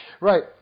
Right